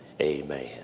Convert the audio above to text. amen